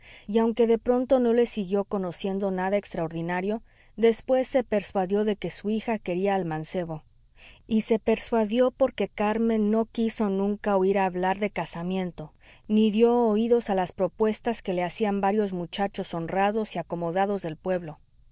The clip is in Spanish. y aunque de pronto no le siguió conociendo nada extraordinario después se persuadió de que su hija quería al mancebo y se persuadió porque carmen no quiso nunca oir hablar de casamiento ni dió oídos a las propuestas que le hacían varios muchachos honrados y acomodados del pueblo